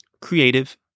Creative